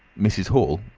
mr. hall,